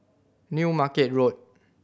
New Market Road